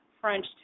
french